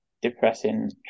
depressing